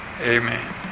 Amen